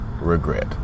regret